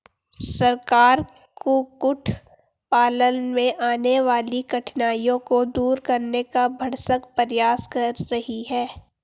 सरकार कुक्कुट पालन में आने वाली कठिनाइयों को दूर करने का भरसक प्रयास कर रही है